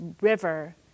river